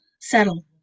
settle